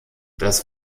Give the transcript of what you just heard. das